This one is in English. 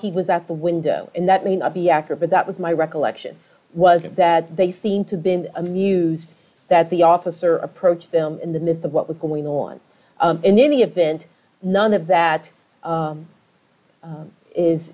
he was out the window and that may not be accurate but that was my recollection was that they seem to been amused that the officer approached them in the midst of what was going on in any event none of that